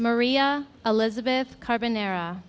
maria elizabeth carbon era